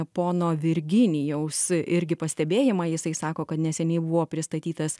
pono virginijaus irgi pastebėjimą jisai sako kad neseniai buvo pristatytas